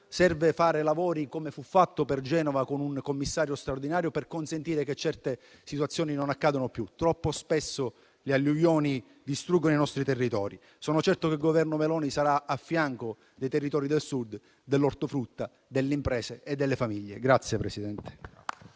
serve fare lavori come fu fatto per Genova con un commissario straordinario, per fare in modo che certe situazioni non accadano più. Troppo spesso le alluvioni distruggono i nostri territori. Sono certo che il Governo Meloni sarà al fianco dei territori del Sud, dell'ortofrutta, delle imprese e delle famiglie.